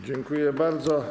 Dziękuję bardzo.